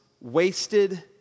wasted